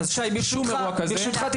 שום אירוע כזה --- אז שי ברשותך,